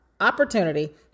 opportunity